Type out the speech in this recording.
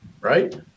right